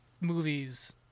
Movies